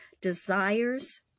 Desires